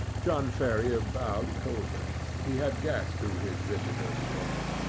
john ferrier bowed coldly. he had guessed who his visitors were.